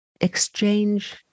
exchange